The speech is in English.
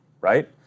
right